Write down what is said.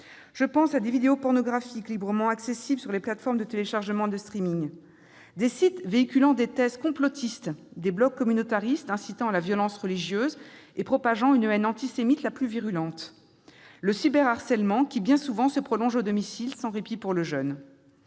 de vidéos pornographiques librement accessibles sur les plateformes de téléchargement et de, de sites véhiculant des thèses complotistes, de blogs communautaristes incitant à la violence religieuse et propageant la haine antisémite la plus virulente, ou encore au cyberharcèlement, qui, bien souvent, se prolonge au domicile, ne laissant aucun